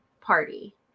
party